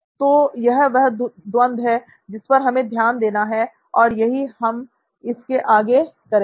तो यह वह द्वंद है जिस पर हमें ध्यान देना है और यही हम इसके आगे करेंगे